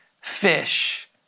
fish